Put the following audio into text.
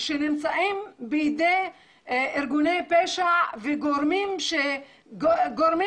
בין מה שקרה